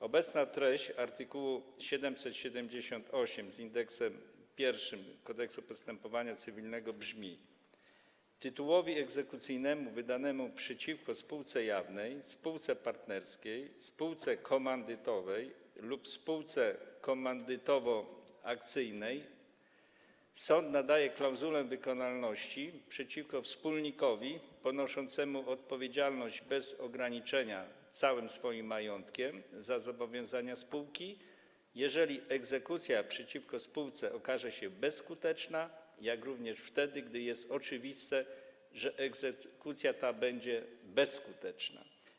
Obecna treść art. 778 Kodeksu postępowania cywilnego brzmi: Tytułowi egzekucyjnemu wydanemu przeciwko spółce jawnej, spółce partnerskiej, spółce komandytowej lub spółce komandytowo-akcyjnej sąd nadaje klauzulę wykonalności przeciwko wspólnikowi ponoszącemu odpowiedzialność bez ograniczenia całym swoim majątkiem za zobowiązania spółki, jeżeli egzekucja przeciwko spółce okaże się bezskuteczna, jak również wtedy gdy jest oczywiste, że egzekucja ta będzie bezskuteczna.